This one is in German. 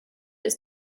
ist